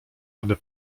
aby